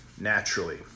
Naturally